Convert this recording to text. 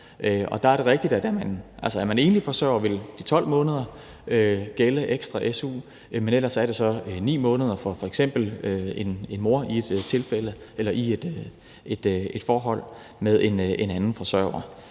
Der er det rigtigt, at er man enlig forsørger, vil de 12 måneders ekstra su gælde, men ellers er det så 9 måneder for f.eks. en mor i et forhold med en anden forsørger.